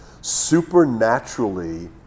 supernaturally